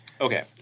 Okay